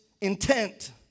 intent